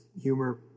humor